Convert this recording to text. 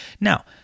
Now